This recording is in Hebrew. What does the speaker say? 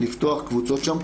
לפתוח קבוצות שם.